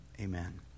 amen